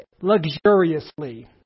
luxuriously